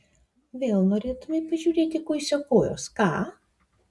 vėl norėtumei pažiūrėti kuisio kojos ką